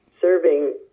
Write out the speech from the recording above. serving